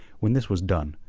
when this was done,